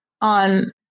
on